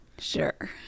sure